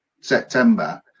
September